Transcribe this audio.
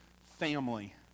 family